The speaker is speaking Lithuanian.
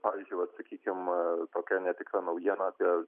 pavyzdžiui vat sakykim tokia netikra naujiena apie